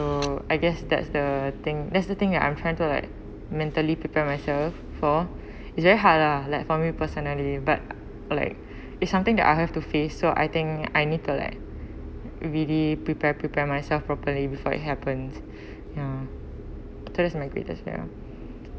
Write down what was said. so I guess that's the thing that's the thing that I'm trying to like mentally prepare myself for it's very hard lah like for me personally but like it's something that I have to face so I think I need to like really prepare prepare myself properly before it happens uh this is my greatest fear lah